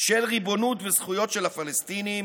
של ריבונות וזכויות של הפלסטינים